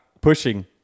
pushing